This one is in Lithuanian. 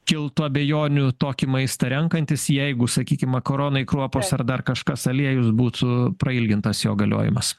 kiltų abejonių tokį maistą renkantis jeigu sakykim makaronai kruopos ar dar kažkas aliejus būtų prailgintas jo galiojimas